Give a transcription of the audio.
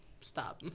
stop